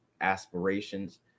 aspirations